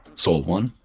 sol one,